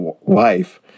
life